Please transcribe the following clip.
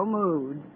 mood